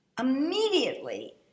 Immediately